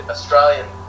Australian